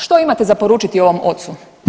Što imate za poručiti ovom ocu?